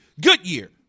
Goodyear